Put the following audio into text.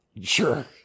Sure